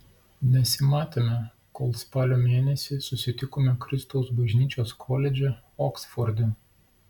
nesimatėme kol spalio mėnesį susitikome kristaus bažnyčios koledže oksforde